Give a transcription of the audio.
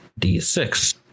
d6